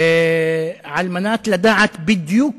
על מנת לדעת בדיוק